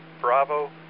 Bravo